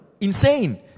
Insane